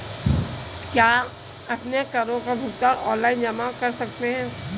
आप अपने करों का भुगतान ऑनलाइन जमा कर सकते हैं